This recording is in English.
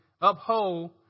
uphold